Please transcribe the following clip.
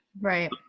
right